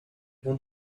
want